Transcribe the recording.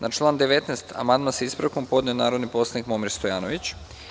Na član 19. amandman sa ispravkom podneo je narodni poslanik Momir Stojanović.